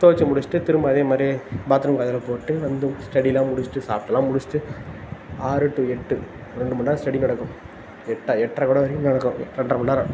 துவைச்சி முடிச்சுட்டு திரும்ப அதேமாதிரியே பாத் ரூம் கதவில் போட்டு வந்து ஸ்டடியெல்லாம் முடிச்சுட்டு சாப்பிட்டுல்லாம் முடிச்சுட்டு ஆறு டு எட்டு ரெண்டு மணி நேரம் ஸ்டடி நடக்கும் எட்டா எட்டரை கூட வரைக்கும் நடக்கும் ரெண்டரை மணி நேரம்